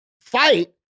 fight